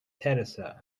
theresa